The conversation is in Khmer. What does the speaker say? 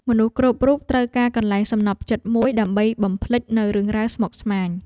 មនុស្សគ្រប់រូបត្រូវការកន្លែងសំណព្វចិត្តមួយ ដើម្បីបំភ្លេចនូវរឿងរ៉ាវស្មុគស្មាញ។